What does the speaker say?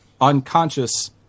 unconscious